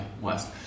West